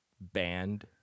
band